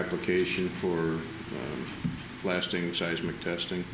application for lasting seismic testing